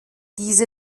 diese